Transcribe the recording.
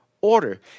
order